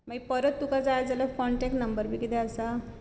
मागीर परत तुका जाय जाल्यार कॉन्टेक्ट नंबर बी कितें आसा